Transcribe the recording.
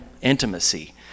intimacy